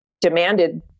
demanded